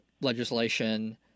legislation